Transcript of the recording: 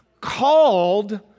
called